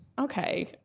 Okay